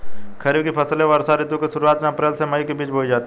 खरीफ की फसलें वर्षा ऋतु की शुरुआत में अप्रैल से मई के बीच बोई जाती हैं